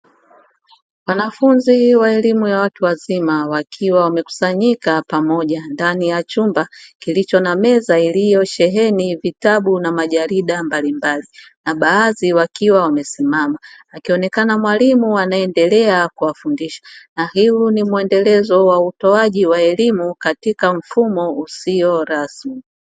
Wanafunzi wa elimu ya watu wazima wakiwa wamekusanyika pamoja ndani ya chumba kilicho na meza iliyo sheheni vitabu na majarida mbalimbali na baadhi wakiwa wamesimama. Akionekana mwalimu anayeendelea kuwafundisha na huu ni muendelezo wa utoaji wa elimu katika mfumo usio rasmi.